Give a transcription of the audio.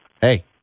Hey